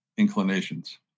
Inclinations